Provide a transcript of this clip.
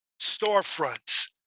storefronts